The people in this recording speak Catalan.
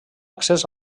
accés